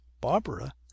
barbara